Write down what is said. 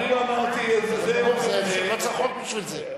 אני לא אמרתי את זה, לא צריך חוק בשביל זה.